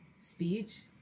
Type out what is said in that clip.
speech